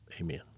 Amen